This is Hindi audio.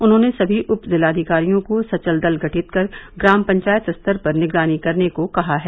उन्होंने सभी उपजिलाधिकारियों को सचल दल गठित कर ग्राम पंचायत स्तर पर निगरानी करने को कहा है